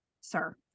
sir